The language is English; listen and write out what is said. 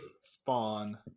Spawn